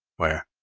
where,